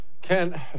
Ken